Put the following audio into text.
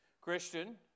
Christian